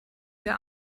der